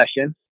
session